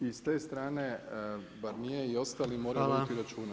I s te strane Barnier i ostali moraju voditi računa.